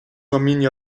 arminia